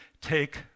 take